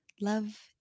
love